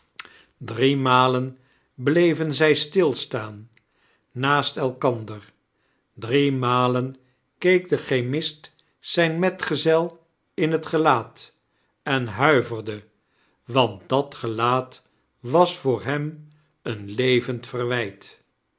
malen bleven zij stilstaan naast elkander drie malen keek de chemist zijn metgezel in het gelaat en huiverde want dat gelaat was voor hem eem levend verwijt